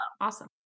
Awesome